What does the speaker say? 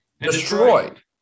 Destroyed